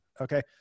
Okay